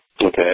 Okay